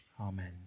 Amen